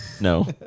No